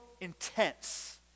intense